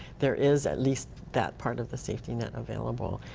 there is at least that part of the safety net available.